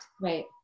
Right